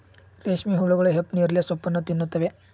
ರೇಷ್ಮೆ ಹುಳುಗಳು ಹಿಪ್ಪನೇರಳೆ ಸೋಪ್ಪನ್ನು ತಿನ್ನುತ್ತವೆ